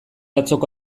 atzoko